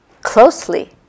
closely